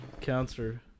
cancer